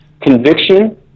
conviction